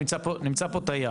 לדוגמה עכשיו נמצא פה תייר.